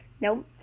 nope